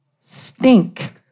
stink